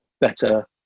better